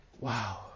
Wow